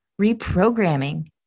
reprogramming